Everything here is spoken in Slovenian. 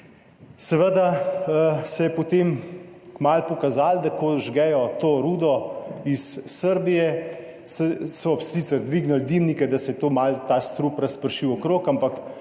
seveda se je potem kmalu pokazalo, da ko žgejo to rudo iz Srbije, sicer so dvignili dimnike, da se je malo ta strup razpršil okrog, ampak